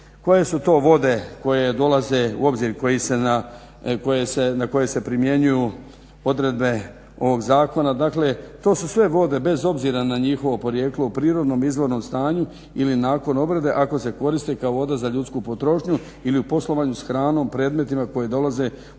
Koje su to vode koje dolaze u obzir na koje se primjenjuju odredbe ovog zakona? Dakle, to su sve vode bez obzira na njihovo podrijetlo u prirodnom izvornom stanju ili nakon obrade, ako se koriste kao vode za ljudsku potrošnju ili u poslovanju s hranom, predmetima koje dolaze u dodir